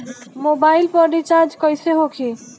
Mobile पर recharge कैसे होखी?